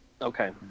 Okay